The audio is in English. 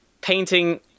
painting